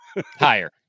Higher